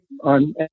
on